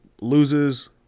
Loses